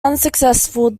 unsuccessful